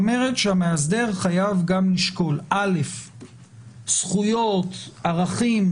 שהמאסדר חייב גם לשקול זכויות וערכים?